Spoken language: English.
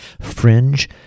fringe